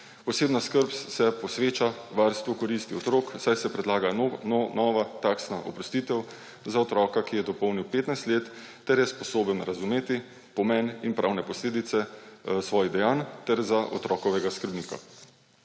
Posebna skrb se posveča varstvu koristi otrok, saj se predlaga nova taksna oprostitev za otroka, ki je dopolnil 15 let ter je sposoben razumeti pomen in pravne posledice svojih dejanj, ter za otrokovega skrbnika.